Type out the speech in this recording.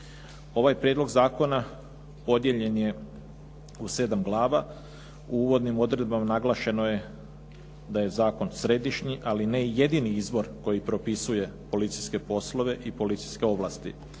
Ovaj prijedlog zakona podijeljen je u sedam glava, u uvodnim odredbama naglašeno je da je zakon središnji ali ne i jedini izvor koji propisuje policijske poslove i policijske ovlasti.